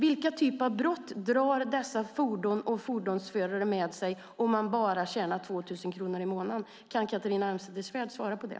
Vilken typ av brott drar dessa fordon och fordonsförare med sig om de bara tjänar 2 000 kronor i månaden? Kan Catharina Elmsäter-Svärd svara på det?